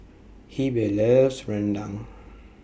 Heber loves Rendang